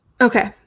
Okay